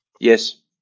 Yes